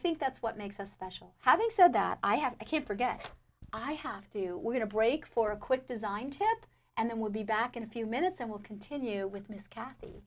think that's what makes us special having said that i have i can't forget i have to get a break for a quick design chat and then we'll be back in a few minutes and we'll continue with mr cathy